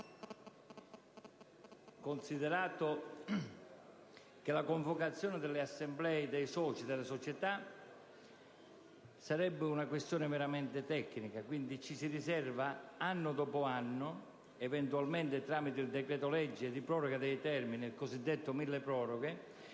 Considerato che la convocazione delle assemblee dei soci delle società sarebbe una questione meramente tecnica, ci si riserva anno dopo anno, eventualmente tramite il decreto‑legge di proroga dei termini, il cosiddetto milleproroghe,